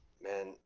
Man